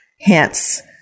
Hence